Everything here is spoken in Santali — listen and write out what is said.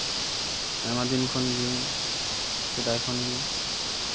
ᱟᱭᱢᱟ ᱫᱤᱱ ᱠᱷᱚᱱ ᱜᱮ ᱥᱮᱫᱟᱭ ᱠᱷᱚᱱ ᱜᱮ